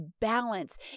balance